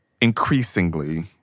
increasingly